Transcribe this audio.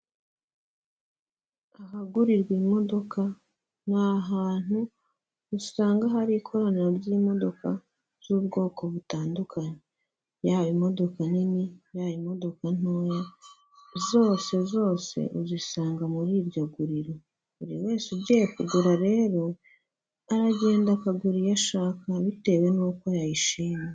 Ahagurirwa imodoka, ni ahantu usanga hari ikoraniro ry'imodoka z'ubwoko butandukanye, yaba imodoka nini, yaba imodoka ntoya, zose zose uzisanga muri iryo guriro, buri wese ugiye kugura rero, aragenda akagura iyo ashaka bitewe n'uko yayishimye.